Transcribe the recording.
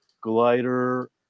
glider